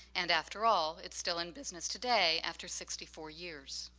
and, after all, it's still in business today after sixty four years.